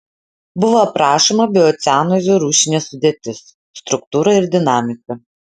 buvo aprašoma biocenozių rūšinė sudėtis struktūra ir dinamika